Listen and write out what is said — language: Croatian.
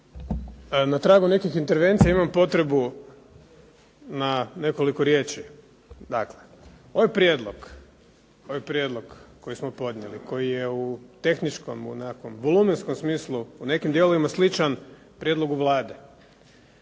Na tragu nekih intervencija imam potrebu na nekoliko riječi. Dakle, ovaj prijedlog koji smo podnijeli, koji je u tehničkom u nekakvom volumenskom smislu u nekim dijelovima sličan prijedlogu Vlade